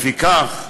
לפיכך,